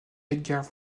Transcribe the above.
edgar